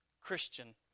Christian